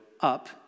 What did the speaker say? up